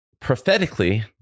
prophetically